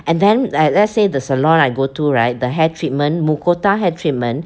and then like let's say the salon I go to right the hair treatment Mucota hair treatment